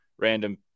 random